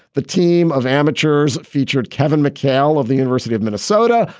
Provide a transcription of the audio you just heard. the team of amateurs featured kevin mchale of the university of minnesota.